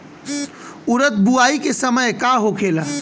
उरद बुआई के समय का होखेला?